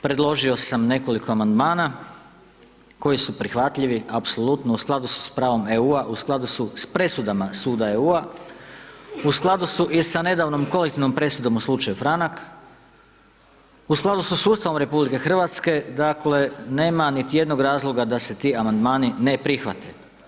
Predložio sam nekoliko Amandmana koji su prihvatljivi, apsolutno, u skladu su s pravom EU-a, u skladu su s presudama suda EU-a, u skladu su i sa nedavnom kolektivnom presudom u slučaju Franak, u skladu su s Ustavom RH, dakle, nema niti jednog razloga da se ti Amandmani ne prihvate.